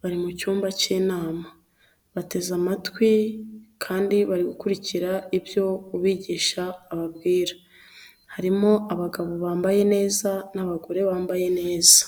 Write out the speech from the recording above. bari mu cyumba cy'inama bateze amatwi kandi barikurikira ibyo ubigisha ababwira, harimo abagabo bambaye neza n'abagore bambaye neza.